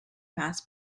mass